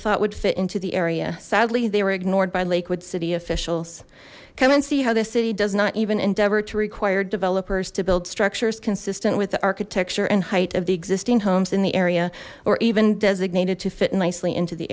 thought would fit into the area sadly they were ignored by lakewood city officials come and see how the city does not even endeavor to require developers to build structures consistent with the architecture and height of the existing homes in the area or even designated to fit nicely into the